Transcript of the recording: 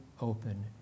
open